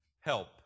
help